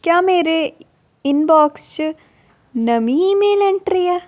क्या मेरे इनबाक्स च कोई नमीं ईमेल एंट्री ऐ